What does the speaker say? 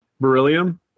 beryllium